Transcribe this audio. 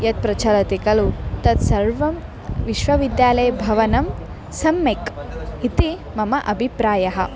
यत् प्रचलति खलु तत्सर्वं विश्वविद्यालयस्य भवनं सम्यक् इति मम अभिप्रायः